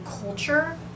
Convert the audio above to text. culture